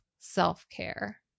self-care